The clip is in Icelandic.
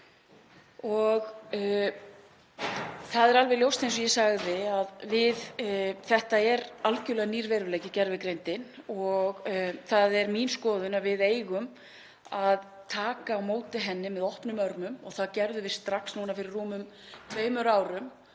Það er alveg ljóst, eins og ég sagði, að þetta er algerlega nýr veruleiki, gervigreindin, og það er mín skoðun að við eigum að taka á móti henni með opnum örmum. Það gerðum við strax núna fyrir rúmum tveimur árum